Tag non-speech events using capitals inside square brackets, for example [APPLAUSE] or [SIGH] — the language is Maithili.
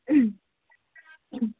[UNINTELLIGIBLE]